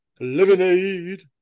Lemonade